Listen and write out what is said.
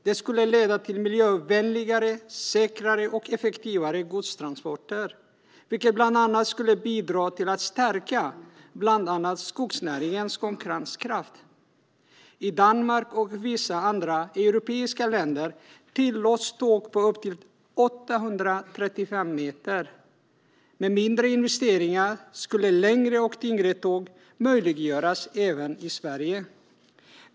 Det skulle leda till miljövänligare, säkrare och effektivare godstransporter, vilket bland annat skulle bidra till att stärka skogsnäringens konkurrenskraft. I Danmark och vissa andra europeiska länder tillåts tåg på upp till 835 meter. Med mindre investeringar skulle längre och tyngre tåg möjliggöras även i Sverige.